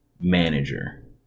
manager